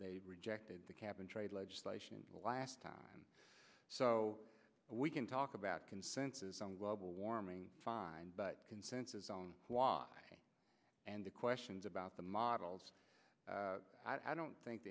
they rejected the cap and trade legislation last time so we can talk about consensus on global warming fine but consensus on why and the questions about the models i don't think